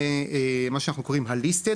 זה מה שאנחנו קוראים ה'ליסטד',